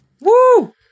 Woo